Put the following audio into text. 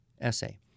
essay